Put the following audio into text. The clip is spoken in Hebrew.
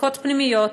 מחלוקות פנימיות,